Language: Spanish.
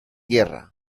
guerra